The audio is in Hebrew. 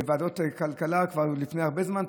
בוועדת כלכלה לפני הרבה זמן,